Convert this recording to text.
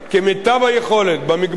במגבלות שציינתי קודם,